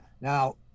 Now